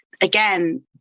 again